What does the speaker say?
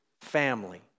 family